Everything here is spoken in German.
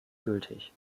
gültig